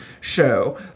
show